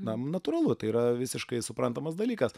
na natūralu tai yra visiškai suprantamas dalykas